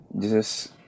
Jesus